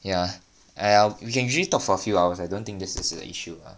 ya !aiya! we can usually talk for few hours I don't think this is an issue ah